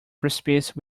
precipice